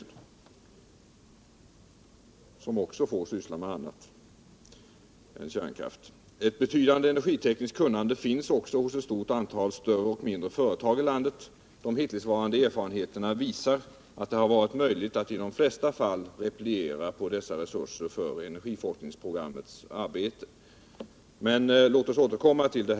Ett sådant institut skulle dels kunna ägna sig åt forskningsuppgifter av det slag som DFE skisserat, dels ägna sig åt olika tekniska problem i samarbete med berörda industrier. Den idealiska platsen för ett energiforskningsinstitut är Västerås. I Västerås finns tekniker och då inte minst energitekniker, liksom ett omfattande industriellt kunnande på området.